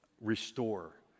restore